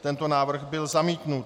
Tento návrh byl zamítnut.